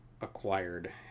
acquired